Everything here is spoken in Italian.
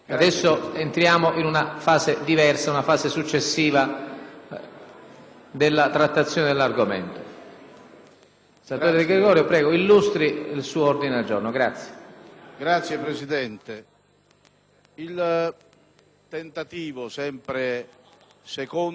Signor Presidente, il tentativo, sempre secondo le argomentazioni che illustravo qualche